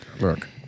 look